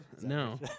No